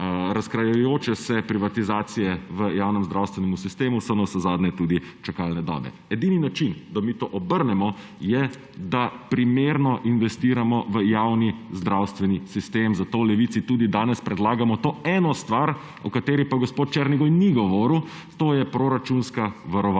razkrajajoče se privatizacije v javnem zdravstvenem sistemu so navsezadnje tudi čakalne dobe. Edini način, da mi to obrnemo, je, da primerno investiramo v javni zdravstveni sistem, zato v Levici tudi danes predlagamo to eno stvar, o kateri pa gospod Černigoj ni govoril, to je proračunska varovalka